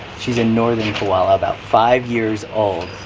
she's in northern koala, about five years old.